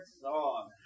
song